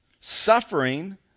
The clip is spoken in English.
suffering